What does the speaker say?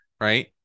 right